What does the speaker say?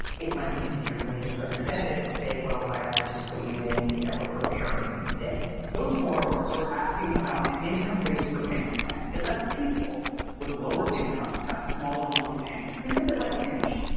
it might be easier for me as a representative to say, well, why don't i just put you in, you know, a forbearance instead. those borrowers were asking about an income-based repayment plan. it lets people with lower incomes have smaller monthly payments. think of it like hinge.